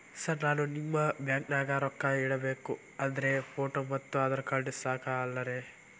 Sir ನಾನು ನಿಮ್ಮ ಬ್ಯಾಂಕನಾಗ ರೊಕ್ಕ ಇಡಬೇಕು ಅಂದ್ರೇ ಫೋಟೋ ಮತ್ತು ಆಧಾರ್ ಕಾರ್ಡ್ ಸಾಕ ಅಲ್ಲರೇ?